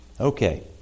Okay